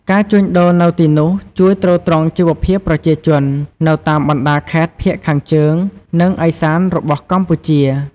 ការជួញដូរនៅទីនោះជួយ ទ្រទ្រង់ជីវភាពប្រជាជន នៅតាមបណ្តាខេត្តភាគខាងជើង និងឦសានរបស់កម្ពុជា។